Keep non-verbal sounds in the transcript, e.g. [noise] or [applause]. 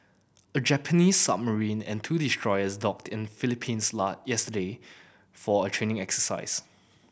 a Japanese submarine and two destroyers docked in Philippines [unintelligible] yesterday for a training exercise